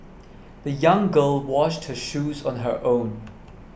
the young girl washed her shoes on her own